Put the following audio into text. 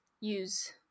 use